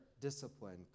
discipline